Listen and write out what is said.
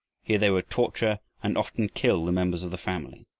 here they would torture and often kill the members of the family.